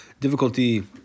difficulty